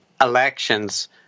elections